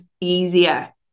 easier